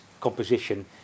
composition